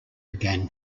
began